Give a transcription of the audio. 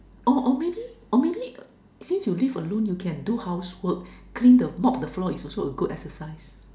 oh or maybe or maybe uh since you this alone you can do housework clean the mop the floor is also a good exercise